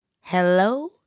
hello